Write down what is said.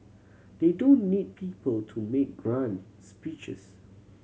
they don't need people to make grand speeches